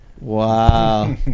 Wow